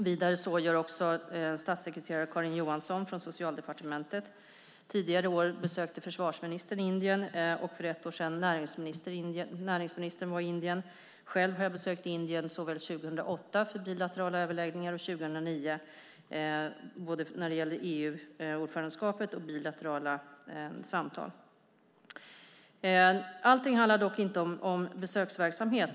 Vidare gör också statssekreterare Karin Johansson från Socialdepartementet ett besök där. Tidigare i år besökte försvarsministern Indien, och för ett år sedan var näringsministern i Indien. Själv har jag besökt Indien 2008 för bilaterala överläggningar och 2009 när det gäller EU-ordförandeskapet och bilaterala samtal. Allting handlar dock inte om besöksverksamhet.